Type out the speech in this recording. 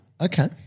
Okay